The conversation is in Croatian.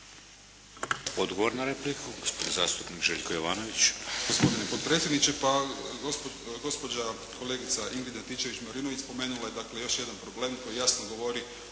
Odgovor na repliku. Gospodin zastupnik Željko Jovanović. **Jovanović, Željko (SDP)** Gospodine potpredsjedniče. Pa gospođa kolegica Ingrid Antičević-Marinović spomenula je, dakle još jedan problem koji jasno govori